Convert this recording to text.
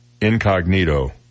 incognito